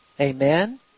Amen